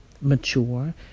Mature